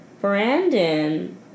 Brandon